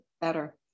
better